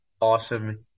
awesome